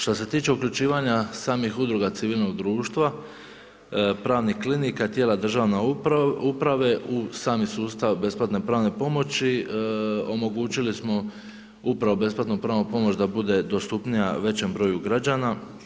Šta se tiče uključivanja samih udruga civilnog društva, pravnih klinika, tijela državne uprave u sami sustav besplatne pravne pomoći omogućili smo upravo besplatnu pravnu pomoć da bude dostupnija većem broju građana.